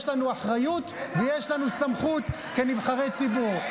יש לנו אחריות ויש לנו סמכות כנבחרי ציבור.